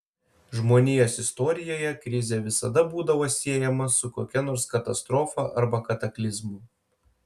žmonijos istorijoje krizė visada būdavo siejama su kokia nors katastrofa arba kataklizmu